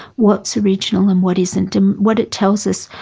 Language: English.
what is original and what isn't and what it tells us,